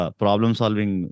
problem-solving